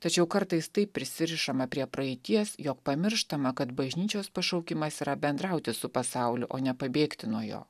tačiau kartais taip prisirišama prie praeities jog pamirštama kad bažnyčios pašaukimas yra bendrauti su pasauliu o ne pabėgti nuo jo